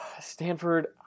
Stanford